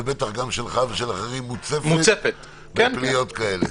בטח גם שלך ושל אחרים מוצפת בפניות כאלה.